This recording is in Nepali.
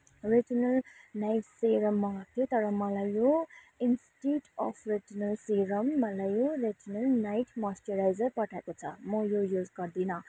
रेटिनल नाइट सेरम मगाएको थिएँ तर मलाई यो इन्स्टेड अफ रेटिनल सेरम मलाई यो रेटिनल नाइट मोस्चुराइजर पठाएको छ म यो युज गर्दिनँ